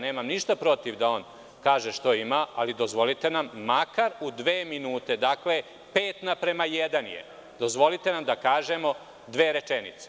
Nemam ništa protiv da on kaže šta ima, ali dozvolite nam, makar, u dva minuta, dakle, pet na prema jedan je, da kažemo dve rečenice.